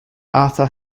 arthur